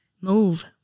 move